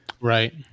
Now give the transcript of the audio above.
Right